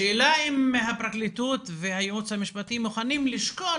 השאלה אם הפרקליטות והייעוץ המשפטי מוכנים לשקול